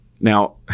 now